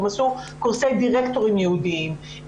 הם עשו קורסי דירקטורים ייעודים,